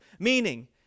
Meaning